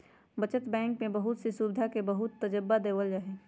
बचत बैंक में बहुत से सुविधा के बहुत तबज्जा देयल जाहई